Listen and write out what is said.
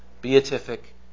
beatific